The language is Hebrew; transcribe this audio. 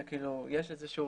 יש איזשהו